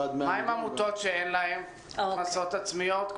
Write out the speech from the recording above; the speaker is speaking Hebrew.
מה עם עמותות שאין להן הכנסות עצמיות,